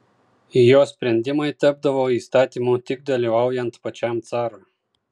jo sprendimai tapdavo įstatymu tik dalyvaujant pačiam carui